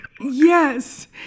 Yes